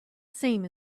same